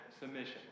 submission